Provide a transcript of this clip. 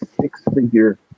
six-figure